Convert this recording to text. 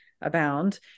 abound